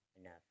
enough